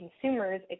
consumers